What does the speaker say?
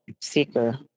seeker